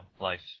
life